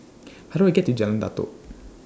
How Do I get to Jalan Datoh